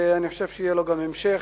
ואני חושב שיהיה לו גם המשך.